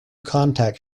contact